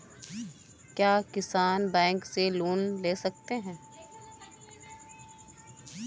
क्या किसान बैंक से लोन ले सकते हैं?